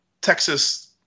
Texas